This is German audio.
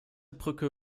brücke